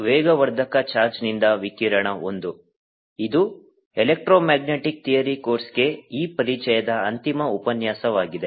ವೇಗವರ್ಧಕ ಚಾರ್ಜ್ನಿಂದ ವಿಕಿರಣ I ಇದು ಎಲೆಕ್ಟ್ರೋಮ್ಯಾಗ್ನೆಟಿಕ್ ಥಿಯರಿ ಕೋರ್ಸ್ಗೆ ಈ ಪರಿಚಯದ ಅಂತಿಮ ಉಪನ್ಯಾಸವಾಗಿದೆ